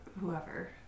whoever